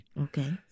Okay